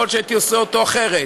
יכול להיות שהייתי עושה אותו אחרת,